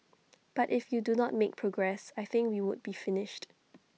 but if you do not make progress I think we would be finished